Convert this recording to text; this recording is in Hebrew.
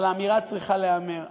אבל האמירה צריכה להיאמר.